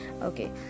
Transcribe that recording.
okay